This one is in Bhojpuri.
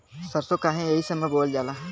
सरसो काहे एही समय बोवल जाला?